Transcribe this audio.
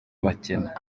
bakina